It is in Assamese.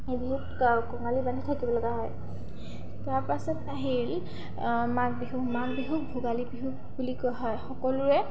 এই বিহুত কঙালী বান্ধি থাকিব লগা হয় তাৰ পাছত আহিল মাঘ বিহু মাঘ বিহুক ভোগালী বিহু বুলি কোৱা হয় সকলোৰে